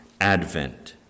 advent